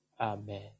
Amen